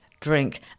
drink